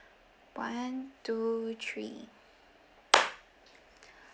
one two three